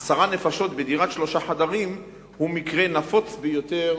עשר נפשות בדירת שלושה חדרים זה מקרה נפוץ ביותר